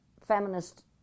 feminist